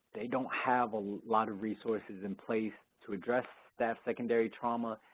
they don't have a lot of resources in place to address staff secondary trauma.